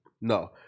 No